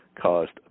caused